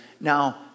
Now